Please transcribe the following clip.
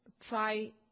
Try